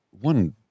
one